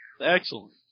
Excellent